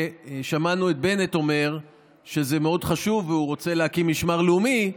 שמענו את בנט אומר שזה מאוד חשוב ושהוא רוצה להקים משמר לאומי,